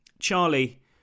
Charlie